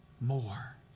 more